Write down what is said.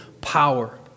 power